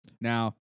Now